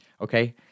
Okay